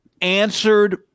answered